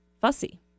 fussy